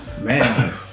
Man